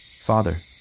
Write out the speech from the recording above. Father